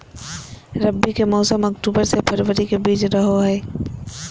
रबी के मौसम अक्टूबर से फरवरी के बीच रहो हइ